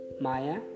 Maya